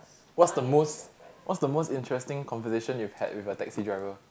what's the most what's the most interesting conversation you've had with the taxi driver